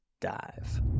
dive